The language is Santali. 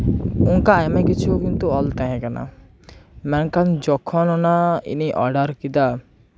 ᱚᱱᱠᱟ ᱟᱭᱢᱟ ᱠᱤᱪᱷᱩ ᱠᱤᱱᱛᱩ ᱚᱞ ᱛᱟᱦᱮᱸ ᱠᱟᱱᱟ ᱢᱮᱱᱠᱷᱟᱱ ᱡᱚᱠᱷᱚᱱ ᱚᱱᱟ ᱤᱧᱤᱧ ᱚᱰᱟᱨ ᱠᱮᱫᱟ